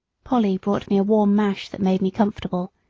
polly brought me a warm mash that made me comfortable,